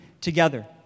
together